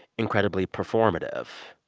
incredibly performative?